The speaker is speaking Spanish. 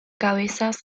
cabezas